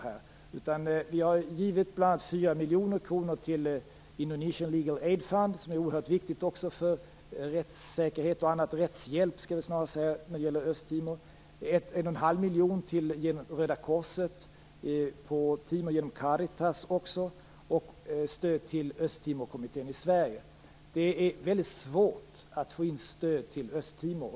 Vi har bl.a. givit 4 miljoner kronor till Indonesian Legal Aid Fund, som är oerhört viktig för rättssäkerheten, eller rättshjälpen, i Östtimor. Vi har givit 1,5 miljoner kronor genom Röda korset på Östtimor, också genom Caritas, och vi har givit stöd till Östtimorkommittén i Sverige. Det är väldigt svårt att få in stöd till Östtimor.